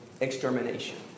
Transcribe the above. extermination